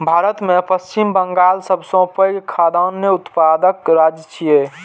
भारत मे पश्चिम बंगाल सबसं पैघ खाद्यान्न उत्पादक राज्य छियै